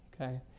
Okay